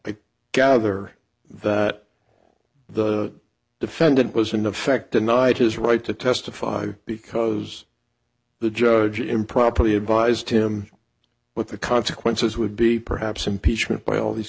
i gather that the defendant was in effect denied his right to testify because the judge improperly advised him what the consequences would be perhaps impeachment by all these